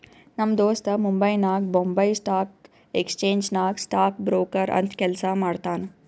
ನಮ್ ದೋಸ್ತ ಮುಂಬೈನಾಗ್ ಬೊಂಬೈ ಸ್ಟಾಕ್ ಎಕ್ಸ್ಚೇಂಜ್ ನಾಗ್ ಸ್ಟಾಕ್ ಬ್ರೋಕರ್ ಅಂತ್ ಕೆಲ್ಸಾ ಮಾಡ್ತಾನ್